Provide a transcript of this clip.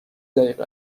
دقیقه